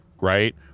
right